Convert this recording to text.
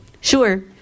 Sure